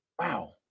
Wow